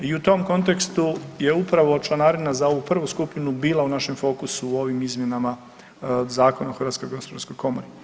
I u tom kontekstu je upravo članarina za ovu prvu skupinu bila u našem fokusu u ovim izmjenama Zakona o HGK.